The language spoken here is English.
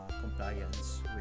compliance